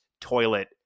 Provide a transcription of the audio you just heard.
toilet